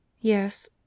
Yes